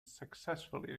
successfully